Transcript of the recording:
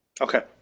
Okay